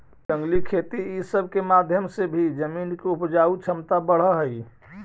जंगली खेती ई सब के माध्यम से भी जमीन के उपजाऊ छमता बढ़ हई